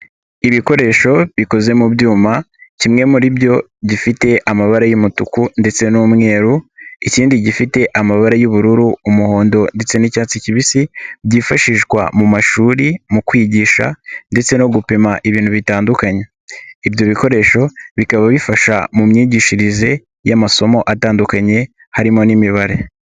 Ibikoresho bikoze mu byuma, kimwe muri byo gifite amabara y'umutuku ndetse n'umweru, ikindi gifite amabara y'ubururu, umuhondo ndetse n'icyatsi kibisi, byifashishwa mu mashuri, mu kwigisha ndetse no gupima ibintu bitandukanye, ibyo bikoresho bikaba bifasha mu myigishirize y'amasomo atandukanye, harimo n'imibare.